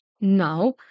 Now